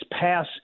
pass